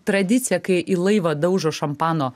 tradicija kai į laivą daužo šampano